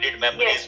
memories